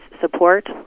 support